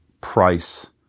price